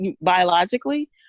biologically